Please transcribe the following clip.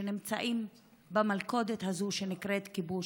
שנמצאים במלכודת הזאת שנקראת כיבוש.